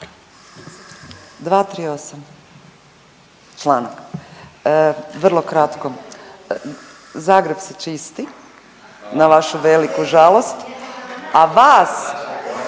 238 čl. Vrlo kratko. Zagreb se čisti na vašu veliku žalost